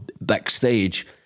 backstage